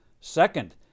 Second